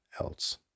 else